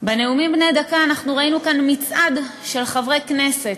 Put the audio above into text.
בנאומים בני דקה ראינו כאן מצעד של חברי כנסת,